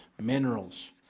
minerals